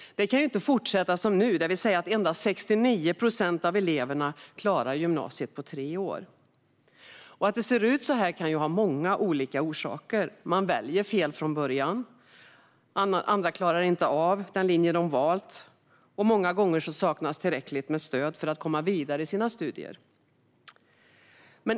Det kan inte fortsätta som nu, när endast 69 procent av eleverna klarar gymnasiet på tre år. Att det ser ut så här kan ha många olika orsaker. Vissa väljer fel från början. Andra klarar inte av den linje de valt. Många gånger saknas tillräckligt stöd för att man ska kunna komma vidare i sina studier.